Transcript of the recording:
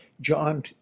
John